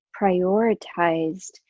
prioritized